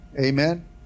Amen